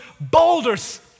boulders